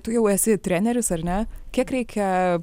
tu jau esi treneris ar ne kiek reikia